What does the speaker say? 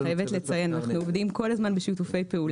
אנחנו עובדים כל הזמן בשיתוף פעולה.